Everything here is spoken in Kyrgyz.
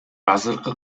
азыркы